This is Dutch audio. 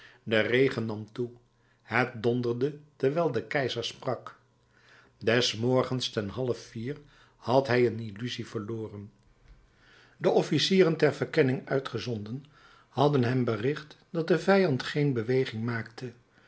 de regen nam toe het donderde terwijl de keizer sprak des morgens ten half vier had hij een illusie verloren de officieren ter verkenning uitgezonden hadden hem bericht dat de vijand geen beweging maakte